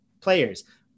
players